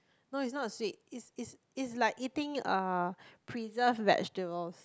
no it's not sweet it's it's it's like eating uh preserved vegetables